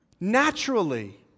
naturally